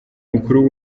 mukuru